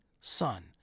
Son